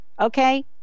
Okay